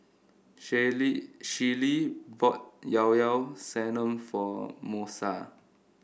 Shallie Shellie bought Llao Llao Sanum for Moesha